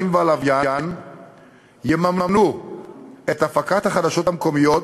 והלוויין יממנו את הפקת החדשות המקומיות